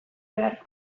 behar